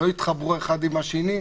לא יתחברו אחד עם השני.